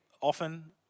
often